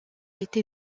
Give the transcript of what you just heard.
été